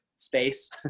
space